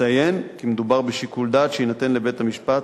נציין כי מדובר בשיקול דעת שיינתן לבית-המשפט,